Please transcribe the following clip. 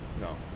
No